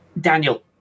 Daniel